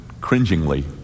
cringingly